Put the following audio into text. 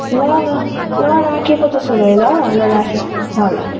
ल ल ल राखेको त्यसो भए ल ल राखेँ हँ ल